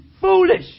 foolish